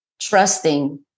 trusting